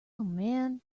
man